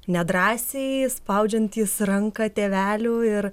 nedrąsiai spaudžiantys ranką tėvelių ir